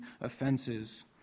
offenses